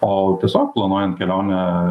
o tiesiog planuojant kelionę